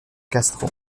castro